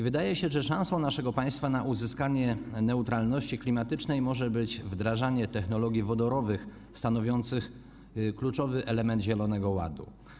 Wydaje się, że szansą naszego państwa na uzyskanie neutralności klimatycznej może być wdrażanie technologii wodorowych stanowiących kluczowy element zielonego ładu.